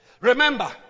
Remember